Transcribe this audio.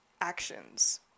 actions